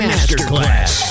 Masterclass